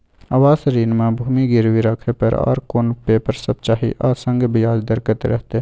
आवास ऋण म भूमि गिरवी राखै पर आर कोन पेपर सब चाही आ संगे ब्याज दर कत्ते रहते?